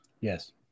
Yes